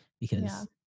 because-